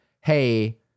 hey